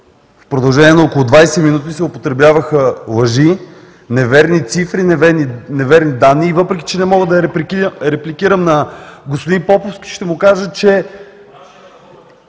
в продължение на около 20 минути се употребяваха лъжи, неверни цифри, неверни данни. Въпреки че не мога да репликирам на господин Поповски, ще му кажа, че